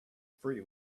free